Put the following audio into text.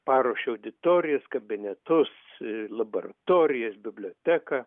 paruošė auditorijas kabinetus laboratorijas biblioteką